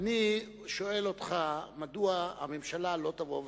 אני שואל אותך מדוע הממשלה לא תבוא ותאמר,